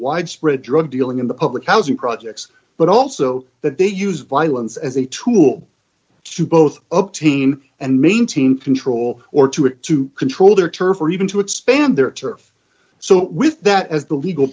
widespread drug dealing in the public housing projects but also that they use violence as a tool to both up team and maintain control or to or to control their turf or even to expand their turf so with that as the legal